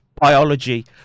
biology